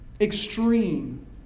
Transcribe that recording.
extreme